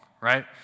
right